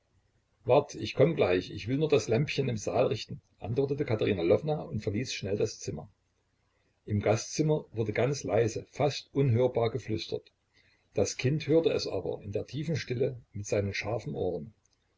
wart ich komme gleich ich will nur das lämpchen im saal richten antwortete katerina lwowna und verließ schnell das zimmer im gastzimmer wurde ganz leise fast unhörbar geflüstert das kind hörte es aber in der tiefen stille mit seinen scharfen ohren